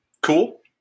cool